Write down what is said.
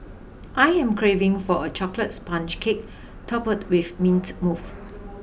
I am craving for a chocolate sponge cake topped with mint mousse